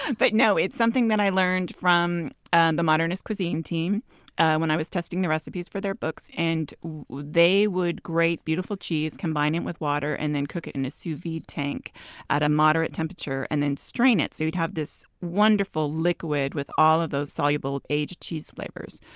but no, it's something that i learned from and the modernist cuisine team when i was testing the recipes for their books. and they would grate beautiful cheese, combine it with water, and cook it in a sous vide tank at a moderate temperature and then strain it. so you'd have this wonderful liquid with all of those soluble aged cheese flavors,